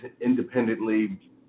independently